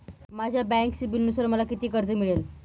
माझ्या बँक सिबिलनुसार मला किती कर्ज मिळेल?